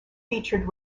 featured